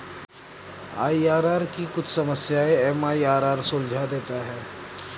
IRR की कुछ समस्याएं एम.आई.आर.आर सुलझा देता है